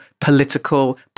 political